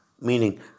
meaning